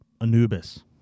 Anubis